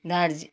दार्जि